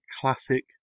classic